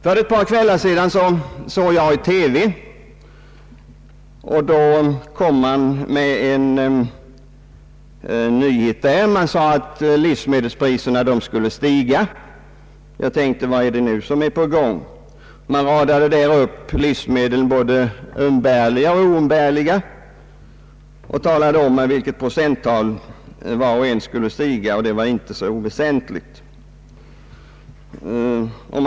För ett par kvällar sedan såg jag ett program i TV, där det presenterades en nyhet: man sade att livsmedelspriserna skulle stiga. Jag undrade då vad som kunde vara på gång. Man radade upp livsmedel, både umbärliga och oumbärliga, och talade om med vilket procenttal respektive produkter skulle stiga, och det var inte så oväsentliga höjningar.